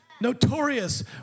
notorious